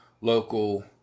local